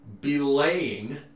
belaying